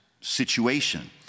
situation